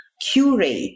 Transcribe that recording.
curate